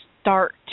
start